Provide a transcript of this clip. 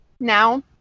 Now